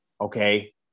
okay